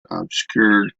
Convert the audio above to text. obscured